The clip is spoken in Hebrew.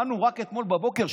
באנו רק אתמול בבוקר,